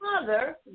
mother